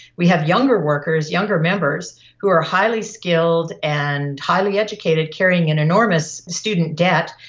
we have younger workers, younger members who are highly skilled and highly educated, carrying an enormous student debt,